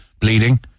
bleeding